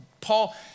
Paul